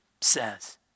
says